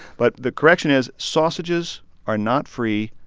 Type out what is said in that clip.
but the correction is sausages are not free.